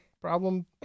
problem